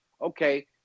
okay